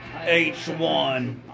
H1